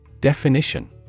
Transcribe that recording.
Definition